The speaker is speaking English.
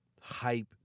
hype